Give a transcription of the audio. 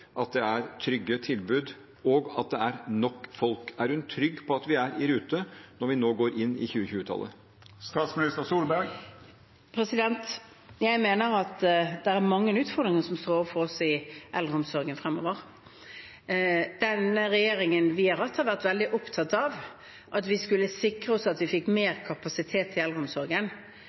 trygge tilbud, og at det er nok folk? Er hun trygg på at vi er i rute når vi nå går inn i 2020-årene? Jeg mener at vi står overfor mange utfordringer i eldreomsorgen fremover. Vår regjering har vært veldig opptatt av å sikre at vi får mer kapasitet i eldreomsorgen.